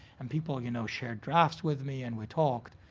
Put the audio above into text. and people and you know shared drafts with me and we talked,